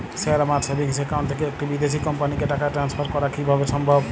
Sir আমার savings account থেকে একটি বিদেশি কোম্পানিকে টাকা ট্রান্সফার করা কীভাবে সম্ভব?